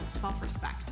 self-respect